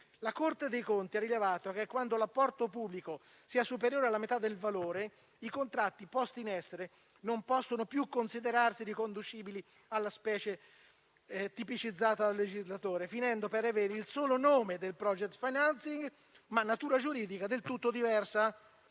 La Corte dei conti ha rilevato che quando l'apporto pubblico è superiore alla metà del valore i contratti posti in essere non possono più considerarsi riconducibili alla specie tipicizzata dal legislatore, finendo per avere il solo nome del *project financing,* ma natura giuridica del tutto diversa,